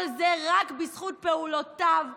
כל זה רק בזכות פעולותיו ומעמדו.